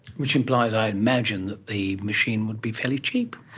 which implies i imagine that the machine would be fairly cheap.